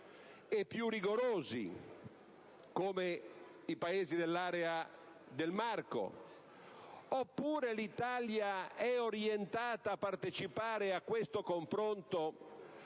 e più rigorosi, come i Paesi dell'area del marco? Oppure l'Italia è orientata a partecipare a questo confronto